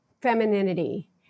femininity